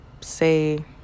say